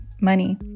money